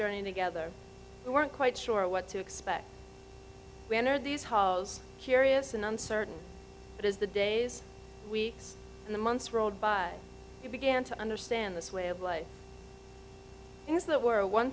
journey together you weren't quite sure what to expect when are these halls curious and uncertain but as the days weeks and the months rolled by you began to understand this way of life is that were a one